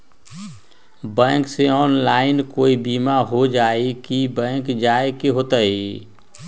Bank से online कोई बिमा हो जाई कि बैंक जाए के होई त?